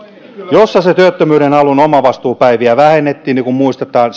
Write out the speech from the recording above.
jossa työttömyyden alun omavastuupäiviä vähennettiin seitsemästä viiteen niin kuin muistetaan